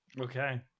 Okay